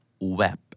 web